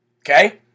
Okay